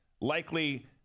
likely